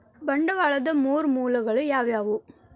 ಬಂಡವಾಳದ್ ಮೂರ್ ಮೂಲಗಳು ಯಾವವ್ಯಾವು?